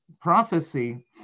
prophecy